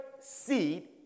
seed